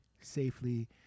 safely